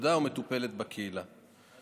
בתפקודה ומטופלת בקהילה.